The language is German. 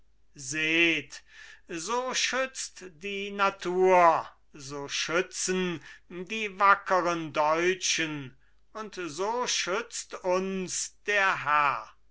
seht so schützt die natur so schützen die wackeren deutschen und so schützt uns der herr